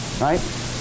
right